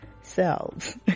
selves